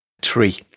tree